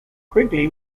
quigley